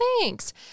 thanks